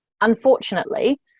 Unfortunately